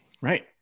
right